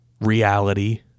reality